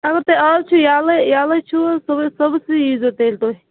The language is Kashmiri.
اَگر تُہۍ اَز چھُو ییٚلَے ییٚلے چھُو حظ صُبحس صبُحَسٕے ییٖزیٚو تیٚلہِ تُہۍ